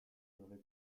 n’aurait